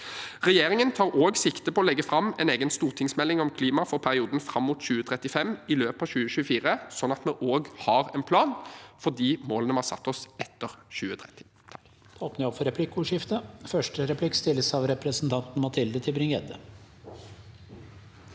Regjeringen tar også sikte på å legge fram en egen stortingsmelding om klima for perioden fram mot 2035 i løpet av 2024, slik at vi også har en plan for de målene vi har satt oss etter 2030.